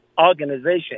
organization